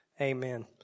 Amen